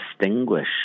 distinguish